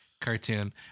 cartoon